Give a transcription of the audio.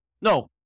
No